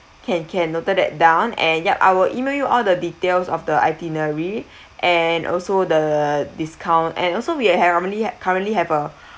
can can noted that down and yet I will email you all the details of the itinerary and also the discount and also we inherently currently have a